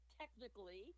technically